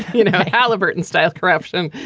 you know, halliburton style corruption.